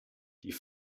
die